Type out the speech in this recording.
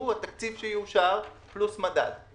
הוא התקציב שיאושר פלוס מדד.